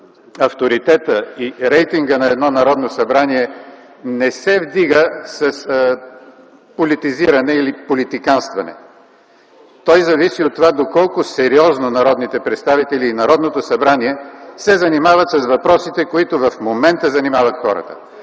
авторитетът и рейтингът на едно Народно събрание не се вдига с политизиране или политиканстване. Той зависи от това доколко сериозно народните представители и Народното събрание се занимават с въпросите, които в момента занимават хората.